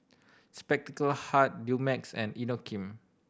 Spectacle Hut Dumex and Inokim